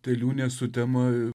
tai liūnė sutema